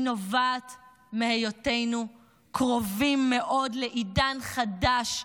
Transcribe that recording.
היא נובעת מהיותנו קרובים מאוד לעידן חדש,